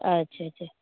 अच्छा अच्छा